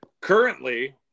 Currently –